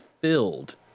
filled